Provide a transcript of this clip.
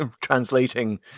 translating